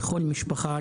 לכל משפחה,